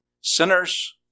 Sinners